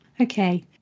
Okay